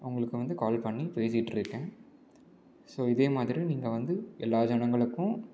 உங்களுக்கு வந்து கால் பண்ணி பேசிகிட்டுருக்கேன் ஸோ இதே மாதிரி நீங்கள் வந்து எல்லா ஜனங்களுக்கும்